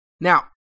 Now